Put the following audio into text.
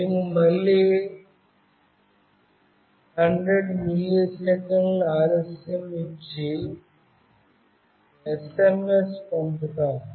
మేము మళ్ళీ 100 మిల్లీసెకన్ల ఆలస్యం ఇచ్చి ఎస్ఎంఎస్ పంపుతాము